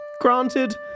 Granted